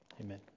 Amen